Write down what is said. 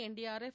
NDRF